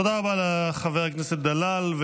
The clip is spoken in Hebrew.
תודה רבה לחבר הכנסת דלל.